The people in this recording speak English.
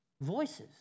Voices